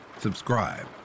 subscribe